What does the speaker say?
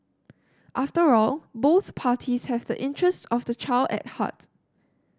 after all both parties have the interests of the child at heart